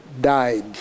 died